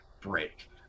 break